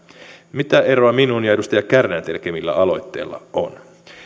mitä eroa minun ja edustaja kärnän tekemillä aloitteilla on